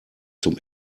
zum